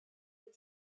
peut